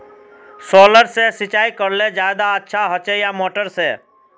Solar से सिंचाई करले ज्यादा अच्छा होचे या मोटर से?